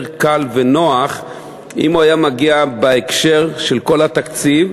קל ונוח אם הוא היה מגיע בהקשר של כל התקציב,